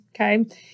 okay